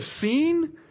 seen